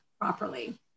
properly